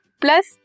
plus